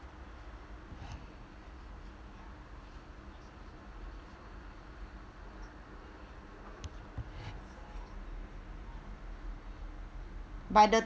by the